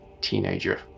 teenager